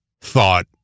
thought